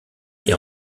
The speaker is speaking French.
est